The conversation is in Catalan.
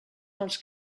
dels